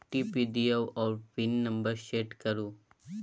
OTP दियौ आ अपन पिन नंबर सेट करु